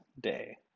day